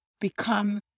become